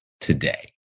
today